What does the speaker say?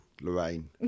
Lorraine